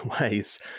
ways